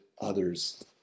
others